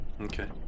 Okay